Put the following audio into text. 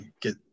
get